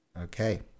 Okay